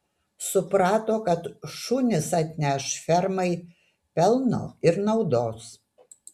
suprato kad šunys atneš fermai pelno ir naudos